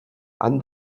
han